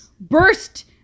Burst